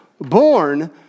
born